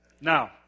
Now